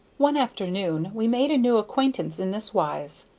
one afternoon we made a new acquaintance in this wise.